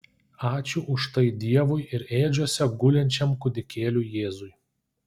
ačiū už tai dievui ir ėdžiose gulinčiam kūdikėliui jėzui